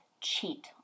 cheat